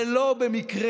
זה לא במקרה